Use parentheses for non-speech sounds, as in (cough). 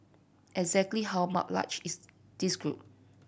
exactly how (hesitation) large is this group